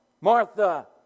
Martha